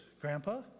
Grandpa